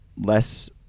less